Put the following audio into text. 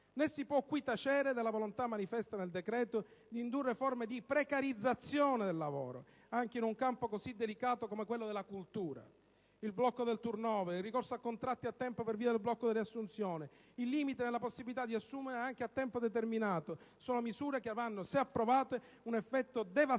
Né si può qui tacere della volontà manifesta nel decreto di indurre forme di precarizzazione del lavoro anche in un campo così delicato come quello della cultura. Il blocco del *turnover*, il ricorso a contratti a tempo per via del blocco delle assunzioni, il limite nella possibilità di assumere anche a tempo determinato sono misure che avranno, se approvate, un effetto devastante